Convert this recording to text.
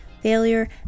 failure